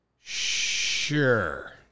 Sure